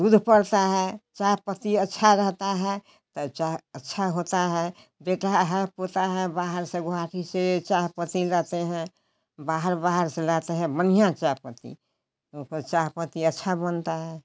दूध पड़ता है चाय पत्ती अच्छा रहता है तौ चाह अच्छा होता है बेटा है पोता है बाहर से गोहाटी से चाह पत्ती लाते हैं बाहर बाहर से लाते हैं बढ़िया चाह पत्ती ओकर चाय पत्ती अच्छा बनता है